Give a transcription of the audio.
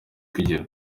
kugera